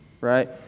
right